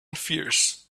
fierce